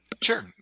Sure